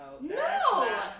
no